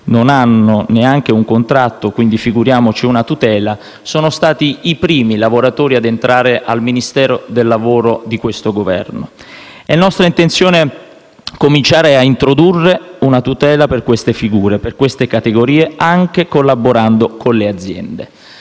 non hanno neanche un contratto (figuriamoci una tutela), sono stati i primi lavoratori a entrare al Ministero del lavoro di questo Governo. È nostra intenzione cominciare a introdurre una tutela per queste categorie, anche collaborando con le aziende.